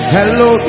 Hello